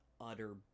utter